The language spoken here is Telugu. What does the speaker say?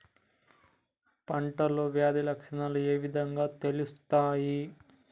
పంటలో వ్యాధి లక్షణాలు ఏ విధంగా తెలుస్తయి?